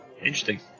interesting